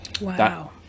Wow